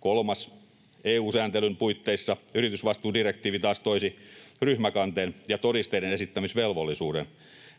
Kolmas: EU-sääntelyn puitteissa yritysvastuudirektiivi taas toisi ryhmäkanteen ja todisteiden esittämisvelvollisuuden.